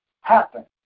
happen